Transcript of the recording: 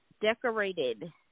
decorated